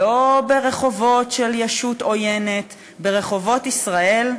לא ברחובות של ישות עוינת, ברחובות ישראל,